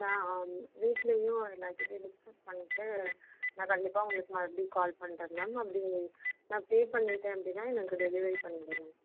நான் வீட்லையும் எல்லார்கிட்டையும் டிஸ்கஸ் பண்ணிவிட்டு நான் கண்டிப்பாக உங்களுக்கு மறுபடியும் கால் பண்ணுறேன் மேம் அப்படி நான் பே பண்ணிவிட்டேன் அப்படின்னா எனக்கு டெலிவரி பண்ணிவிடுங்க